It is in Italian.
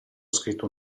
scritto